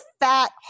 fat